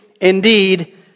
indeed